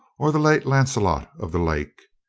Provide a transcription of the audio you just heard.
or the late lancelot of the lake.